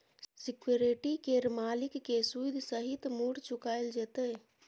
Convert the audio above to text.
security केर मालिक केँ सुद सहित मुर चुकाएल जेतै